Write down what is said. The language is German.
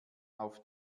auf